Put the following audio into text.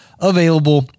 available